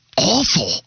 Awful